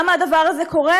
למה הדבר הזה קורה?